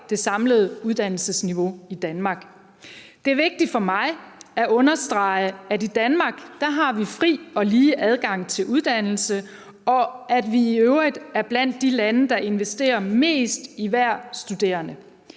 det samlede uddannelsesniveau i Danmark. Det er vigtigt for mig at understrege, at i Danmark har vi fri og lige adgang til uddannelse, og at vi i øvrigt er blandt de lande, der investerer mest i hver studerende.